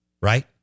right